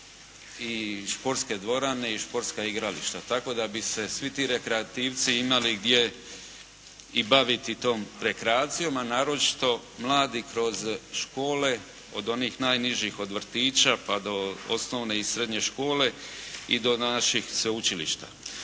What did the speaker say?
i športske dvorane i športska igrališta. Tako da bi se svi ti rekreativci imali gdje i baviti tom rekreacijom. A naročito mladi kroz škole, od onih najnižih od vrtića pa do osnovne i srednje škole i do naših sveučilišta.